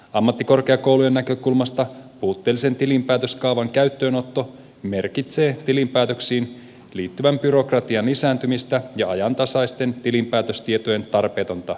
ammattikorkeakoulujen näkökulmasta puutteellisen tilinpäätöskaavan käyttöönotto merkitsee tilinpäätöksiin liittyvän byrokratian lisääntymistä ja ajantasaisten tilinpäätöstietojen tarpeetonta viivästymistä